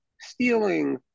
stealing